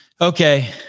okay